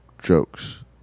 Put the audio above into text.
jokes